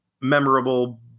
memorable